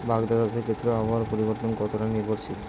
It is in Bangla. বাগদা চাষের ক্ষেত্রে আবহাওয়ার পরিবর্তন কতটা নির্ভরশীল?